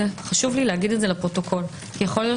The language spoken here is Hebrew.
חשוב לומר זאת לפרוטוקול כי יכול להיות